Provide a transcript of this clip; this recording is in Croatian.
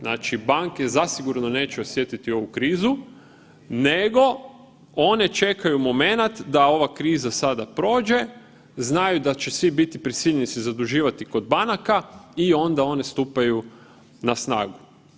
Znači banke zasigurno neće osjetiti ovu krizu, nego one čekaju momenat da ova kriza sada prođe, znaju da će svi biti prisiljeni se zaduživati kod banaka i onda one stupaju na snagu.